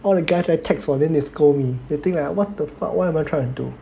all the guys 来 text 我 then they scold me they think like what the fuck what am I trying to do